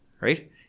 Right